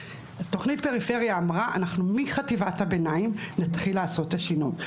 תכנית פריפריה אמרה שאנחנו מחטיבת הביניים נתחיל לעשות את השינוי,